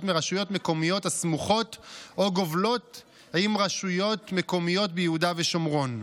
מרשויות מקומיות הסמוכות או גובלות ברשויות מקומיות ביהודה ושומרון.